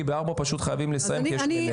כי ב-16:00 פשוט חייבים לסיים, כי יש מליאה.